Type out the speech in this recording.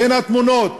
בין התמונות.